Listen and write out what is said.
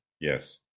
yes